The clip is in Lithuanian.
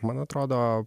man atrodo